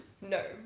No